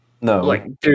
No